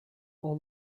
all